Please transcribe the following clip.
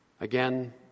Again